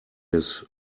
his